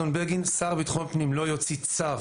אדון בגין: השר לביטחון פנים לא יוציא צו